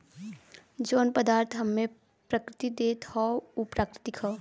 जौन पदार्थ हम्मे प्रकृति देत हौ उ प्राकृतिक हौ